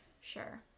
Sure